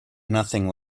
nothing